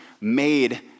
made